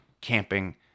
camping